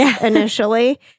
initially